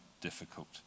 Difficult